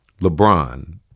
LeBron